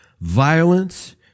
violence